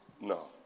No